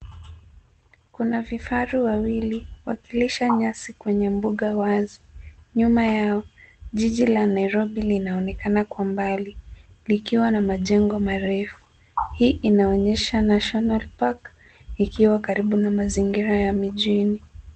Kuna vifaru wawili wakilisha nyasi kwenye mbuga wazi. Nyuma yao, jiji la Nairobi linaonekana kwa mbali likiwa na majengo marefu . Hii inaonyesha national park ikiwa karibu na mazingira ya mijini.